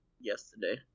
yesterday